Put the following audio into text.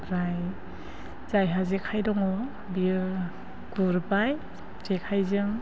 ओमफ्राय जायहा जेखाइ दङ बियो गुरबाय जेखाइजों